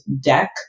deck